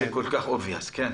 זה כל כך obvious, כן.